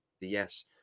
Yes